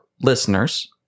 listeners